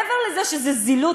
מעבר לזה שזה זילות,